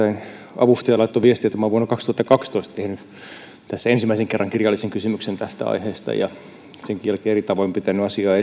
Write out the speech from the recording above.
avustaja laittoi viestin että minä olen vuonna kaksituhattakaksitoista tehnyt ensimmäisen kerran kirjallisen kysymyksen tästä aiheesta ja olen senkin jälkeen eri tavoin pitänyt asiaa